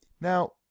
Now